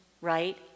Right